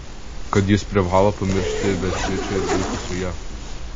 kad jis privalo pamiršti beatričę ir būti su ja